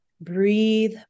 breathe